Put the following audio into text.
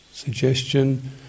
Suggestion